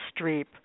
Streep